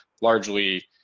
largely